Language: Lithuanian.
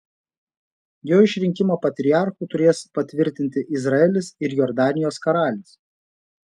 jo išrinkimą patriarchu turės patvirtinti izraelis ir jordanijos karalius